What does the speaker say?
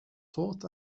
taught